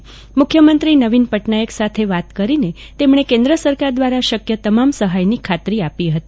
તેમણે ગઇકાલે મુખ્યમંત્રી નવીન પટનાયક સાથે વાત કરીને કેન્દ્ર સરકાર દ્વારા શક્ય તમામ સહાયની ખાતરી આપી હતી